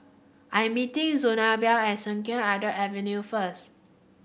I am meeting Zenobia at Sungei Kadut Avenue first